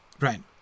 right